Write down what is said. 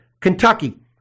Kentucky